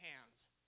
hands